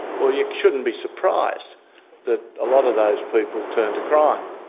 well, you shouldn't be surprised that a lot of those people turn to crime.